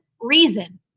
reason